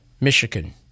Michigan